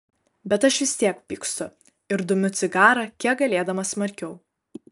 bet aš vis tiek pykstu ir dumiu cigarą kiek galėdamas smarkiau